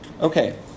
Okay